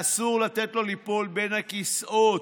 ואסור לתת לו ליפול בין הכיסאות.